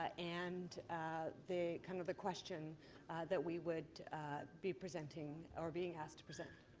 and the kind of the question that we would be presenting or being asked to present.